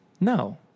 No